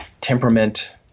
Temperament